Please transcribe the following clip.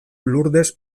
lurdes